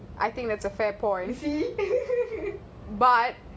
I think that's a fair point but